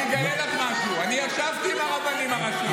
אני אגלה לך משהו: אני ישבתי עם הרבנים הראשיים.